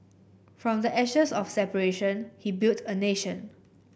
from the ashes of separation he built a nation